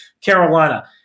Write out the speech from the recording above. Carolina